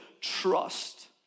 trust